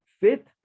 fit